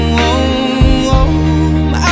home